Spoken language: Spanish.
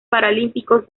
paralímpicos